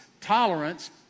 Tolerance